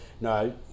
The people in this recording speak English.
no